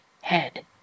head